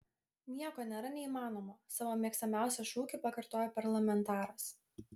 nieko nėra neįmanomo savo mėgstamiausią šūkį pakartojo parlamentaras